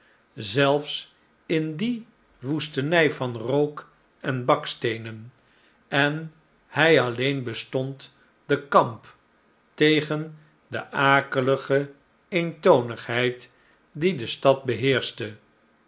zelfs in die woestenij van rook en baksteenen en hij alleen bestond den kamp tegen de akelige eentonigheid die de stad beheerschte